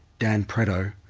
dan pretto,